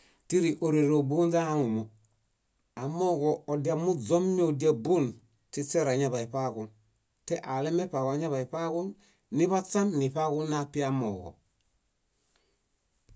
Tíriorere óbuonźe ohaŋumo. Amooġo odiamuźomi ódiabon, śiśero añaḃaniṗaaġun tealemeṗaaġu añaḃaniṗaaġun niḃaśam, niṗaaġun napiamooġo.